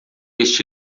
este